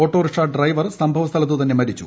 autorickshaw driver സംഭവസ്ഥലത്തുതന്നെ മരിച്ചു